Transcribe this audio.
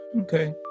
okay